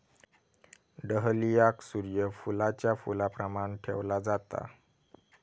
डहलियाक सूर्य फुलाच्या फुलाप्रमाण ठेवला जाता